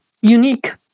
unique